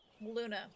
Luna